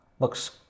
looks